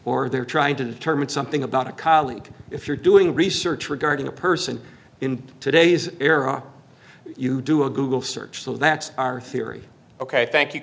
or they're trying to determine something about a colleague if you're doing research regarding a person in today's era you do a google search so that's o